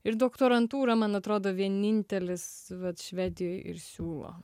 ir doktorantūrą man atrodo vienintelis vat švedijoj ir siūlo